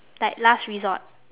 like last resort